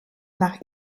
nach